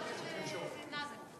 אני דיברתי עם נאזם.